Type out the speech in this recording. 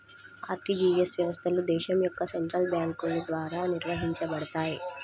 RTGS వ్యవస్థలు దేశం యొక్క సెంట్రల్ బ్యేంకుల ద్వారా నిర్వహించబడతయ్